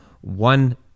one